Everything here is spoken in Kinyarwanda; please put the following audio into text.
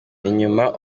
inyuma